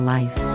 Life